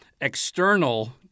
external